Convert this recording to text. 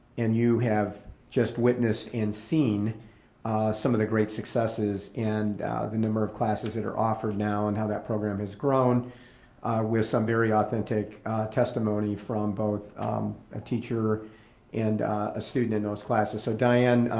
and you have just witnessed and seen some of the great successes in the number of classes that are offered now and how that program has grown with some very authentic testimony from both a teacher and a student in those classes. so diane,